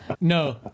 No